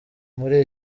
muri